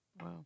Wow